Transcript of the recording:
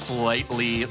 slightly